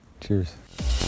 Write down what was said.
cheers